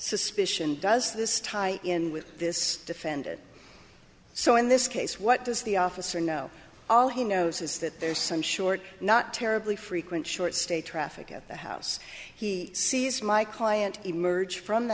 suspicion does this tie in with this defendant so in this case what does the officer know all he knows is that there's some short not terribly frequent short stay traffic at the house he sees my client emerge from the